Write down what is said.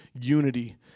unity